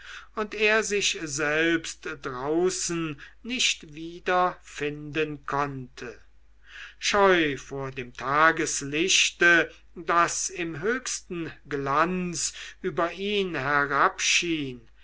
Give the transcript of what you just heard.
und er sich selbst draußen nicht wiederfinden konnte scheu vor dem tageslichte das im höchsten glanze über ihn